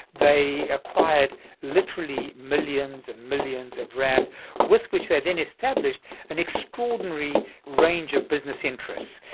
they acquired literally millions and millions of rand with which they then established an extraordinary range of business interests.